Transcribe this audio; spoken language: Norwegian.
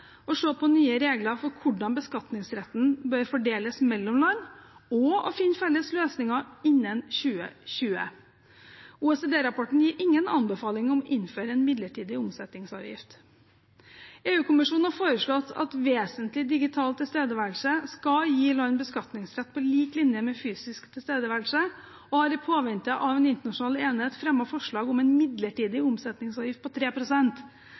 å se på nye regler for hvordan beskatningsretten bør fordeles mellom land, og å finne felles løsninger innen 2020. OECD-rapporten gir ingen anbefaling om å innføre en midlertidig omsetningsavgift. EU-kommisjonen har foreslått at vesentlig digital tilstedeværelse skal gi land beskatningsrett på lik linje med fysisk tilstedeværelse, og har i påvente av en internasjonal enighet fremmet forslag om en midlertidig omsetningsavgift på